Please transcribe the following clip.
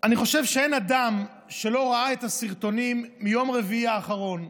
אני חושב שאין אדם שלא ראה את הסרטונים מיום רביעי האחרון: